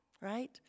Right